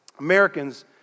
Americans